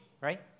right